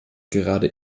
gerade